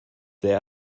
sehr